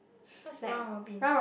so what's round Robin